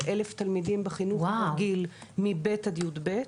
1,000 תלמידים בחינוך הרגיל מכיתות ב' עד י"ב.